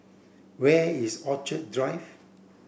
where is Orchid Drive